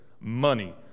Money